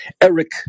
Eric